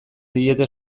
diete